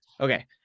okay